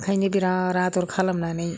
ओंखायनो बिराद आदर खालामनानै